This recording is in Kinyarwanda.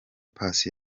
paccy